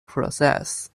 process